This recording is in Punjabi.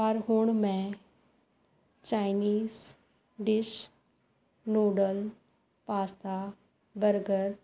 ਪਰ ਹੁਣ ਮੈਂ Chinese dish noodle pasta burger